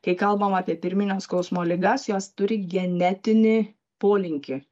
kai kalbam apie pirminio skausmo ligas jos turi genetinį polinkį